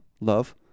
love